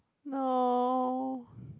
oh